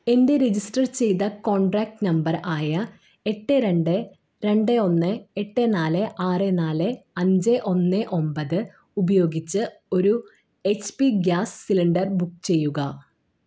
എൻ്റെ രജിസ്റ്റർ ചെയ്ത contact number ആയ എട്ട് രണ്ട് രണ്ട് ഒന്ന് എട്ട് നാല് ആറ് നാല് അഞ്ച് ഒന്ന് ഒമ്പത് ഉപയോഗിച്ച് ഒരു H P gas cylinder book ചെയ്യുക